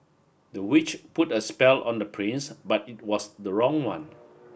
the witch put a spell on the prince but it was the wrong one